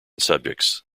subjects